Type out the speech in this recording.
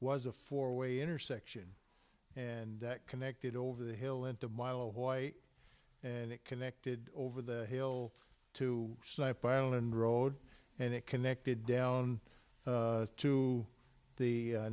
was a four way intersection and that connected over the hill into my little boy and it connected over the hill to snipe island road and it connected down to the